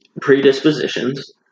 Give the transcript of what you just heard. Predispositions